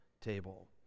table